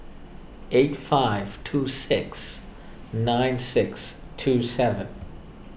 eight five two six nine six two seven